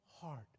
heart